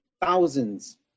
thousands